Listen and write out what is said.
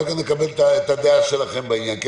אחר כך נקבל את הדעה שלכם בעניין.